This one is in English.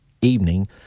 evening